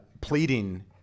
pleading